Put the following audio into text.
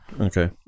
Okay